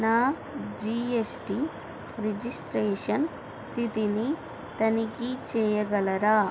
నా G S T registration స్థితిని తనిఖీ చెయ్యగలరా